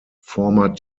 former